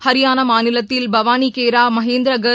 ஹாரியனா மாநிலத்தில் பவாளிகேரா மகேந்திரகர்